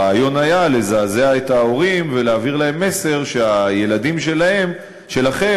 הרעיון היה לזעזע את ההורים ולהעביר להם מסר: הילדים שלכם,